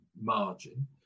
margin